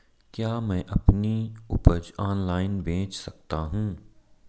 क्या मैं अपनी उपज ऑनलाइन बेच सकता हूँ?